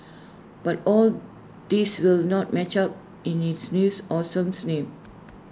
but all these will not match up in its new awesome name